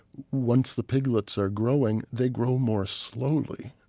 once the piglets are growing, they grow more slowly